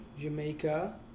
Jamaica